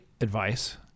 advice